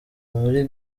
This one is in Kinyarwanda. muri